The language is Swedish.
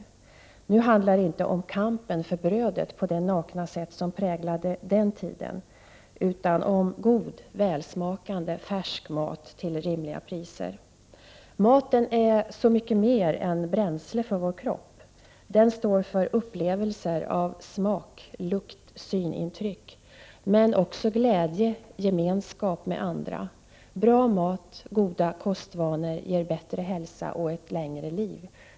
Men nu handlar det inte om kampen för brödet på samma nakna sätt som på den tiden utan om god, välsmakande färsk mat till rimliga priser. Maten är så mycket mer än bränsle för vår kropp. Maten står för upplevelser inte bara av smak, lukt och synintryck utan också av glädje och gemenskap med andra. Bra mat och goda kostvanor ger bättre hälsa och ett längre liv.